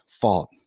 fault